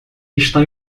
está